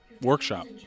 workshop